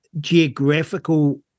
geographical